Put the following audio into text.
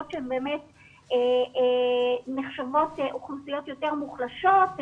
שהן באמת נחשבות אוכלוסיות יותר מוחלשות,